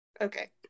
Okay